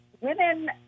women